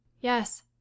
Yes